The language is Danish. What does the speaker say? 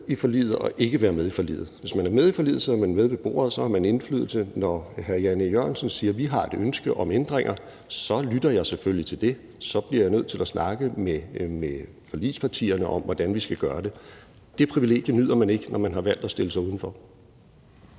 i forliget og ikke være med i forliget. Hvis man er med i forliget, sidder man med ved bordet, og så har man indflydelse. Når hr. Jan E. Jørgensen siger, de har et ønske om ændringer, lytter jeg selvfølgelig til det, og så bliver jeg nødt til at snakke med forligspartierne om, hvordan vi skal gøre det. Det privilegie nyder man ikke, når man har valgt at stille sig udenfor.